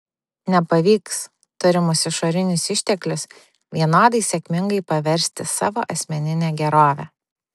nepavyks turimus išorinius išteklius vienodai sėkmingai paversti savo asmenine gerove